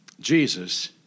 Jesus